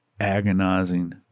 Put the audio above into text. agonizing